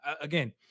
Again